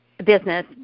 business